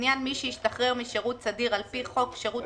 לעניין מי שהשתחרר משירות סדיר על פי חוק שירות